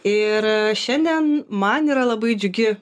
ir šiandien man yra labai džiugi